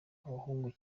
abahungu